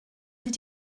did